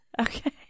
Okay